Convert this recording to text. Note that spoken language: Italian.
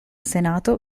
senato